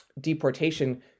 deportation